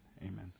Amen